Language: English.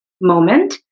moment